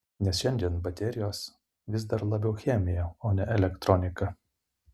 nes šiandien baterijos vis dar labiau chemija o ne elektronika